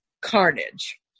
carnage